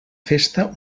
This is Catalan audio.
festa